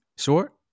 Short